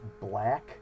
black